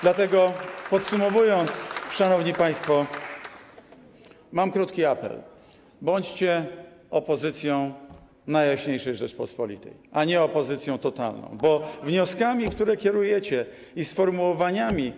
Dlatego podsumowując, szanowni państwo, mam krótki apel: Bądźcie opozycją Najjaśniejszej Rzeczypospolitej, a nie opozycją totalną, bo wnioskami, które kierujecie, i sformułowaniami.